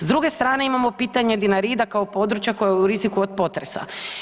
S druge strane imamo pitanje Dinarida kao područje koja je u riziku od potresa.